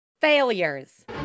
Failures